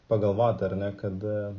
pagalvoti ar ne kad